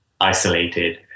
isolated